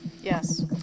yes